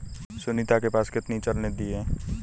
सुनीता के पास कितनी चल निधि है?